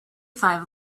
five